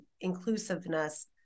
inclusiveness